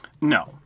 No